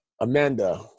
Amanda